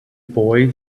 boy